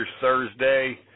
Thursday